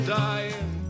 dying